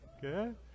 good